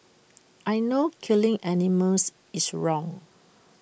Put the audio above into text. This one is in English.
I know killing animals is wrong